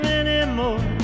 anymore